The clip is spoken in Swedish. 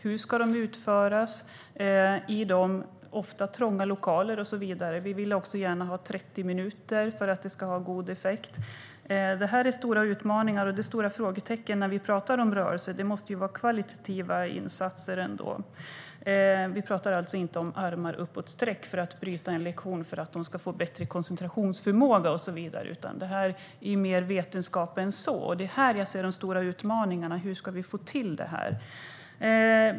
Hur ska de utföras i de ofta trånga lokaler som finns? Vi vill också gärna ha 30 minuters aktivitet för att effekten ska bli god. Dessa utmaningar är stora, och det finns stora frågetecken när vi talar om rörelse. Insatserna måste vara kvalitativa - vi talar alltså inte om armar uppåt sträck för att bryta en lektion, för att eleverna ska få bättre koncentrationsförmåga och så vidare, utan detta är mer vetenskapligt än så. Det är här jag ser de stora utmaningarna: Hur ska vi få till det här?